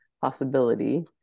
possibility